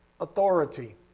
authority